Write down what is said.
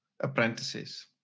apprentices